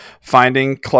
finding